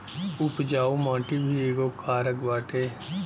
उपजाऊ माटी भी एगो कारक बाटे